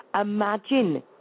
imagine